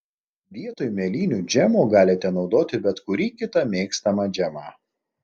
vietoj mėlynių džemo galite naudoti bet kurį kitą mėgstamą džemą